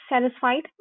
satisfied